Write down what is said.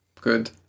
good